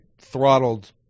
throttled